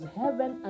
heaven